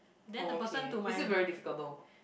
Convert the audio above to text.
oh okay is it very difficult though